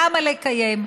למה לקיים?